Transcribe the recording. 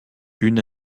une